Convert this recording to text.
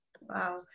Wow